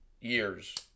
years